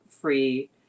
free